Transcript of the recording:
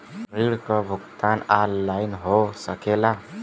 ऋण के भुगतान ऑनलाइन हो सकेला?